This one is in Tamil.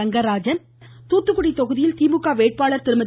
ரெங்கராஜன் தூத்துக்குடி தொகுதியில் திமுக வேட்பாளர் திருமதி